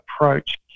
approach